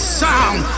sound